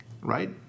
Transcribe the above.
right